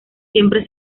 siempre